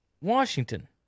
Washington